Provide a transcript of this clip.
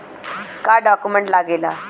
का डॉक्यूमेंट लागेला?